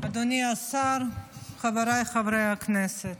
אדוני השר, חבריי חברי הכנסת,